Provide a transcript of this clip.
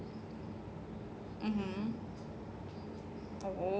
mm mm